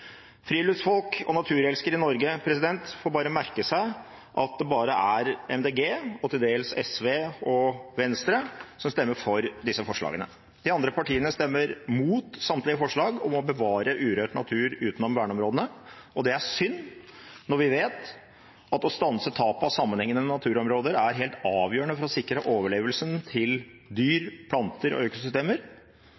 Friluftsfolk og naturelskere i Norge får bare merke seg at det bare er Miljøpartiet De Grønne og til dels SV og Venstre som stemmer for disse forslagene. De andre partiene stemmer imot samtlige forslag om å bevare urørt natur utenom verneområdene. Det er synd når vi vet at det å stanse tapet av sammenhengende naturområder er helt avgjørende for å sikre overlevelsen til dyr,